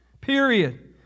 Period